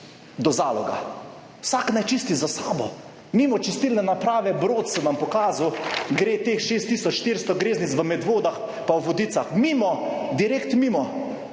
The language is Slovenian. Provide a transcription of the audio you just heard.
do Zaloga? Vsak naj čisti za sabo. Mimo čistilne naprave Brod, sem vam pokazal, gre teh 6 tisoč 400 greznic v Medvodah pa v Vodicah, mimo, direkt mimo.